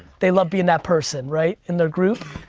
they love being that person, right, in their group?